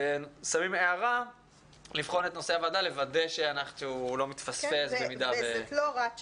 ושמים הערה לבחון --- וזו לא הוראת שעה.